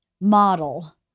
model